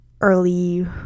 early